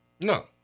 No